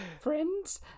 friends